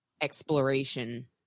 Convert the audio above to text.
exploration